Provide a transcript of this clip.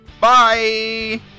Bye